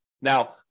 Now